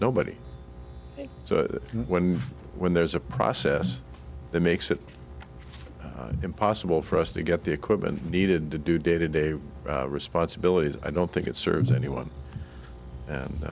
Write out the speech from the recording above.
nobody so when when there's a process that makes it impossible for us to get the equipment needed to do day to day responsibilities i don't think it serves anyone and